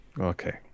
Okay